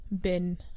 bin